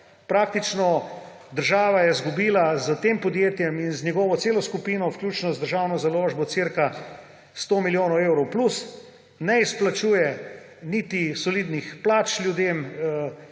praktično država je izgubila s tem podjetjem in z njegovo celo skupino, vključno z Državno založbo, okoli 100 milijonov evrov plus. Ne izplačuje niti solidnih plač ljudem,